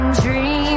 Dream